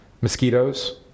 mosquitoes